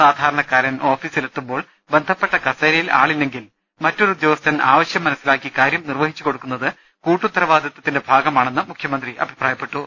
സാധാരണക്കാരൻ ഓഫീ സിൽ എത്തുമ്പോൾ ബന്ധപ്പെട്ട കസേരയിൽ ആളില്ലെങ്കിൽ മറ്റൊരു ഉദ്യോഗസ്ഥൻ ആവശ്യം മനസ്സിലാക്കി കാര്യം നിർവ്വഹിച്ചുകൊടുക്കുന്നത് കൂട്ടുത്തരവാദിത്വത്തിന്റെ ഭാഗമാണെന്ന് മുഖ്യമന്ത്രി അഭിപ്രായപ്പെട്ടു